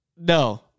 No